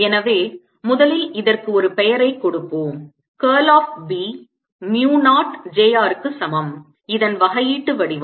எனவே முதலில் இதற்கு ஒரு பெயரைக் கொடுப்போம் curl of B mu naught j r க்கு சமம் இதன் வகையீட்டு வடிவம்